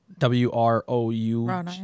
W-R-O-U